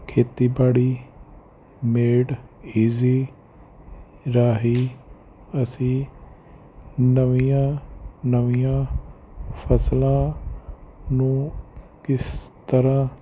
ਖੇਤੀਬਾੜੀ made easy ਰਾਹੀਂ ਅਸੀਂ ਨਵੀਆਂ ਨਵੀਆਂ ਫਸਲਾਂ ਨੂੰ ਕਿਸ ਤਰ੍ਹਾਂ